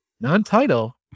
Non-title